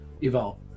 evolve